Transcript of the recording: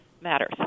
matters